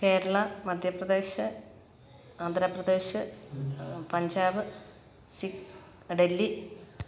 കേരള മധ്യപ്രദേശ് ആന്ധ്രാപ്രദേശ് പഞ്ചാബ് സി ഡൽഹി